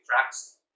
tracks